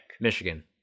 Michigan